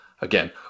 again